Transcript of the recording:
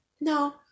No